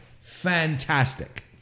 fantastic